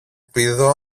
πήδο